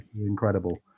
incredible